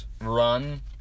run